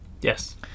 Yes